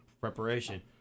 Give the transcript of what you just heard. Preparation